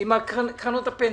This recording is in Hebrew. עם קרנות הפנסיה.